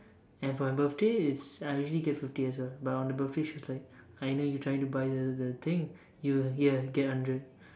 and for my birthday is I usually get fifty as well but on the birthday she was like I know you trying to buy the the thing you here get hundred